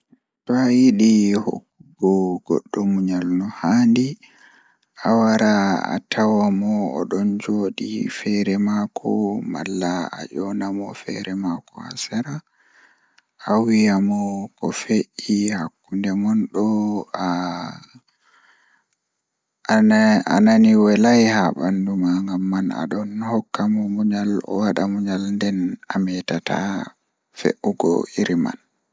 So aɗa waawi yiɗde nannde, njiɗi keewal ngal. Aɗa waɗi baɗte e ko ɓe njiɗi ko yiɗi, ngam waɗde neɗɗo. Aɗa waɗi heɓde waawude ngol ko e tawii ndiyam. Aɗa waɗi goonga jooɗi, fow ngam ɓe njiɗi baɗte. So aɗa waawi fow, foti fiyaa goonga on. Fotti njamaaji e nder konngol e njilawol